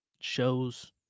shows